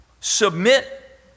submit